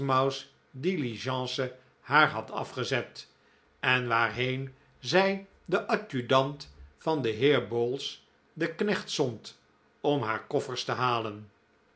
portsmouth diligence haar had afgezet en waarheen zij den adjudant van den heer bowls den knecht zond om haar koffers te halen